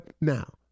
now